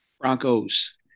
Broncos